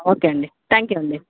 okay అండి thank you అండి